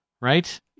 right